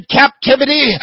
captivity